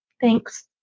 thanks